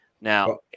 Now